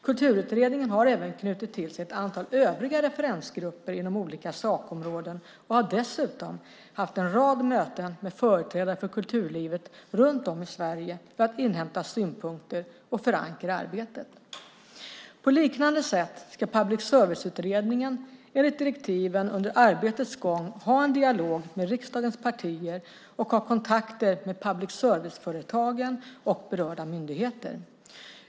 Kulturutredningen har även knutit till sig ett antal övriga referensgrupper inom olika sakområden och har dessutom haft en rad möten med företrädare för kulturlivet runt om i Sverige för att inhämta synpunkter och förankra arbetet. På liknande sätt ska Public service-utredningen enligt direktiven under arbetets gång ha en dialog med riksdagens partier och ha kontakter med public service-företagen och berörda myndigheter.